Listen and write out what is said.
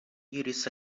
iris